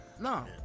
no